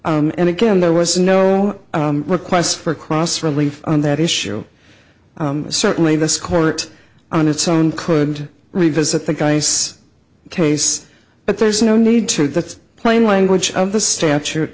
again there was no requests for cross relief on that issue certainly this court on its own could revisit the guy's case but there's no need to that plain language of the statute